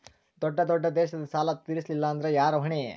ದೊಡ್ಡ ದೊಡ್ಡ ದೇಶದ ಸಾಲಾ ತೇರಸ್ಲಿಲ್ಲಾಂದ್ರ ಯಾರ ಹೊಣಿ?